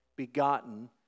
begotten